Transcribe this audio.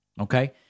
Okay